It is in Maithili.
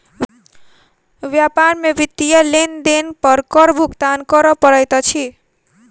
व्यापार में वित्तीय लेन देन पर कर भुगतान करअ पड़ैत अछि